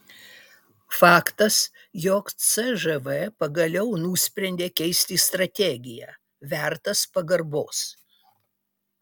faktas jog cžv pagaliau nusprendė keisti strategiją vertas pagarbos